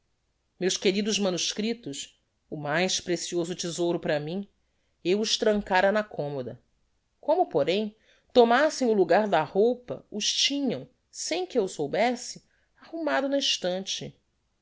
meus queridos manuscriptos o mais precioso thesouro para mim eu os trancara na commoda como porém tomassem o lugar da roupa os tinham sem que eu soubesse arrumado na estante